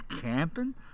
camping